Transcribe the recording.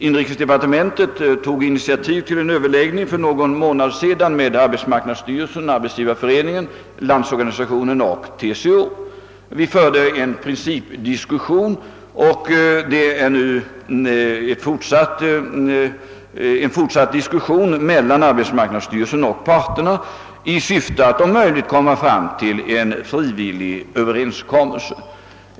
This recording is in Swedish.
Inrikesdepartementet tog för någon månad sedan initiativ till en överläggning med arbetsmarknadsstyrelsen, Arbetsgivareföreningen, Landsorganisationen och TCO. Denna diskussion fortsätter nu mellan arbetsmarknadsstyrelsen och parterna i syfte att tillsammans uppnå en frivillig överenskommelse. Herr Hermansson berörde också frågan om kommunernas roll.